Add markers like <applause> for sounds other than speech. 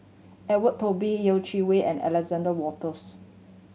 Edwin <unintelligible> Yeh Chi Wei and Alexander Wolters